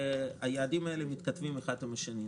היעדים האלה מתכתבים האחד עם השני.